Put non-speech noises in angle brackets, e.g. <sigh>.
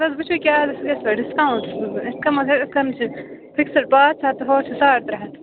پتہٕ حَظ وُچھُو کیٚاہ <unintelligible> ڈِسکاوٗنٹس منٛز أسۍ <unintelligible> فِکسٕڈ باتھ ساڈ ترےٚ ہتھ